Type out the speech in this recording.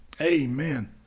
Amen